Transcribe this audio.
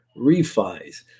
refis